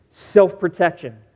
self-protection